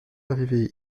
arrivée